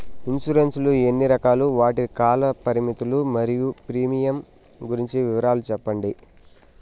Insurance లు ఎన్ని రకాలు? వాటి కాల పరిమితులు మరియు ప్రీమియం గురించి వివరాలు సెప్పండి?